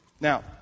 Now